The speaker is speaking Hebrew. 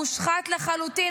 -- המושחת לחלוטין,